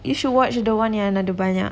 you should watch the one yang ada banyak